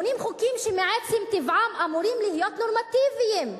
בונים חוקים שמעצם טבעם אמורים להיות נורמטיביים,